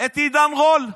את עידן רול?